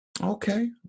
Okay